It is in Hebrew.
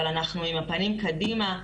אבל אנחנו עם הפנים קדימה,